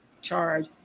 charge